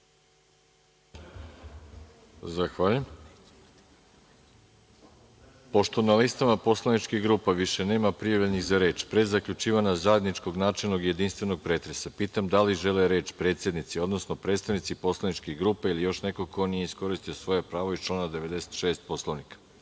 Zahvaljujem. Pošto na listama poslaničkih grupa više nema prijavljenih za reč, pre zaključivanja zajedničkog načelnog jedinstvenog pretresa, pitam da li žele reč predsednici, odnosno predstavnici poslaničkih grupa ili još neko ko nije iskoristio svoje pravo iz člana 96. Poslovnika? Reč